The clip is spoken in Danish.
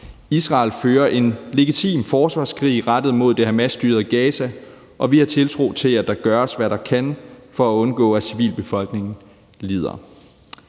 Israel fører en legitim forsvarskrig rettet mod det Hamasstyrede Gaza, og vi har tiltro til, at man gør, hvad man kan for at undgå, at civilbefolkningen lider.